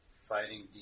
fighting